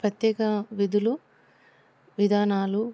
ప్రత్యేక విధులు విధానాలు